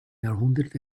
jahrhundert